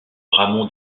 ramon